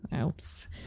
Oops